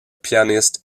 pianist